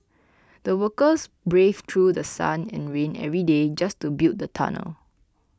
the workers braved through The Sun and rain every day just to build the tunnel